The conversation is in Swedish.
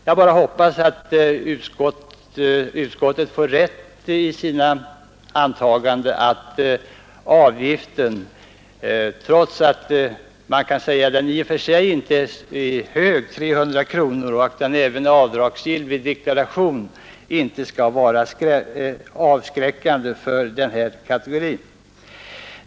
Jag hoppas att utskottet har rätt i sitt antagande att avgiften inte skall vara avskräckande för denna kategori.